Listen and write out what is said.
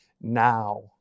now